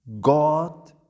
God